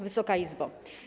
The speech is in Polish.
Wysoka Izbo!